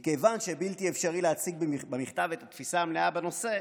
מכיוון שבלתי אפשרי להציג במכתב את התפיסה המלאה בנושא,